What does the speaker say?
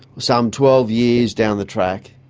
some twelve years down the track,